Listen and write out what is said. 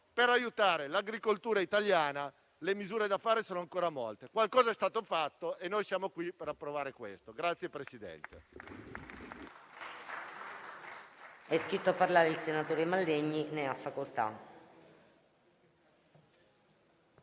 Per aiutare l'agricoltura italiana, le misure da realizzare sono ancora molte, qualcosa è stato fatto e siamo qui per approvare questo provvedimento.